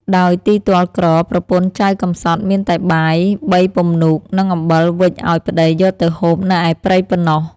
ដោយទីទ័លក្រ ប្រពន្ធចៅកំសត់ មានតែបាយ បីពំនូក និងអំបិលវេចអោយប្តីយកទៅហូបនៅឯព្រៃប៉ុណ្ណោះ ។